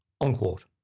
Unquote